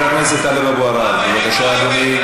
זה הכול.